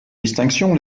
distinctions